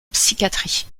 psychiatrie